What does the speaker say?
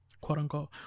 quote-unquote